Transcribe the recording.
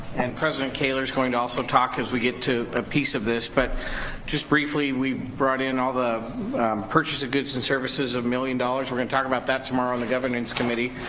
and president kaler's going to also talk as we get to a piece of this, but just briefly we brought in all the purchase of goods and services of a million dollars. we're gonna talk about that tomorrow in the governance committee,